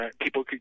people